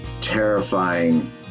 terrifying